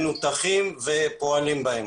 מנותחים ופועלים בהם.